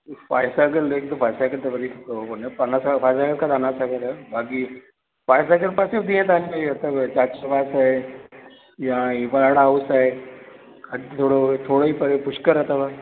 Foy Sagar lake त फासगर त वरी हो कोन्हे बाक़ी फायसागर पासे ईअं तव्हांखे हीअ अथव या हीअ वर्ण हाऊस आहे थोरो थोरो ई परे पुष्कर अथव